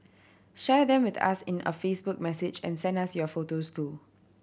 share them with us in a Facebook message and send us your photos too